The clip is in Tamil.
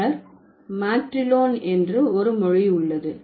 பின்னர் மேற்றிலோன் என்று ஒரு மொழி உள்ளது